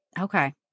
Okay